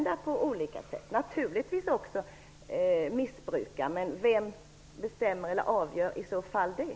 Det går naturligtvis även att missbruka detta. Men vem avgör i så fall det?